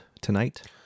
tonight